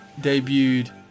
debuted